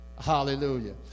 Hallelujah